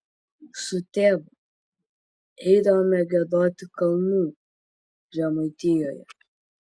su tėvu eidavome giedoti kalnų žemaitijoje